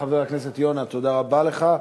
חבר הכנסת יונה, תודה רבה לך.